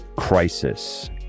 crisis